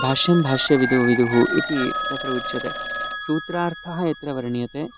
भाष्यं भाष्यविदोविदुः इति तत्र उच्यते सूत्रार्थः यत्र वर्ण्यते